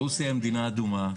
רוסיה מדינה אדומה.